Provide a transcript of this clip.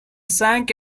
sank